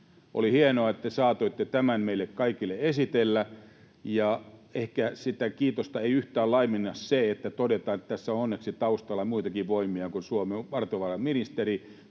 Oli hienoa, että saatoitte tämän meille kaikille esitellä, ja ehkä sitä kiitosta ei yhtään laimenna se, että todetaan, että tässä on onneksi taustalla muitakin voimia kuin Suomen valtiovarainministeri.